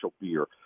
beer